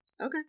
Okay